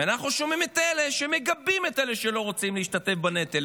ואנחנו שומעים את אלה שמגבים את אלה שלא רוצים להשתתף בנטל.